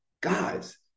guys